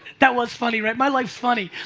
that was funny, right? my life's funny.